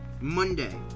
Monday